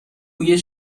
بوی